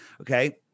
Okay